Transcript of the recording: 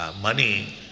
money